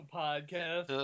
podcast